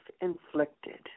inflicted